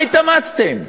מה התאמצתם?